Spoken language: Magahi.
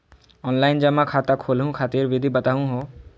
ऑनलाइन जमा खाता खोलहु खातिर विधि बताहु हो?